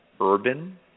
urban